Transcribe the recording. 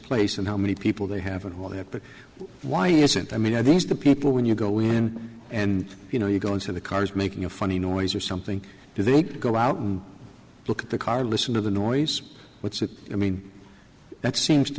place and how many people they have and what they have but why isn't i mean i think the people when you go in and you know you go into the cars making a funny noise or something do they go out and look at the car listen to the noise what's that i mean that seems to